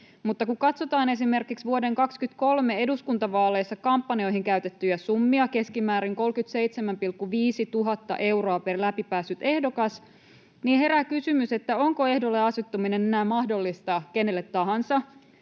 mutta kun katsotaan esimerkiksi vuoden 23 eduskuntavaaleissa kampanjoihin käytettyjä summia, keskimäärin 37,5 tuhatta euroa per läpi päässyt ehdokas, niin herää kysymys, onko ehdolle asettuminen enää mahdollista kenelle tahansa.